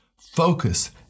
focus